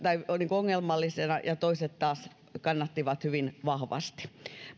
ongelmallisena ja toiset taas kannattivat hyvin vahvasti